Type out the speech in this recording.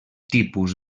tipus